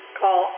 call